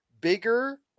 bigger